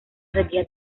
seguía